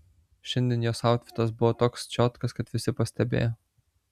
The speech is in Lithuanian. šiandien jos autfitas buvo toks čiotkas kad visi pastebėjo